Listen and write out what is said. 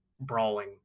brawling